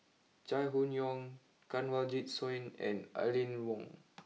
Chai Hon Yoong Kanwaljit Soin and Aline Wong